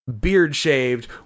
beard-shaved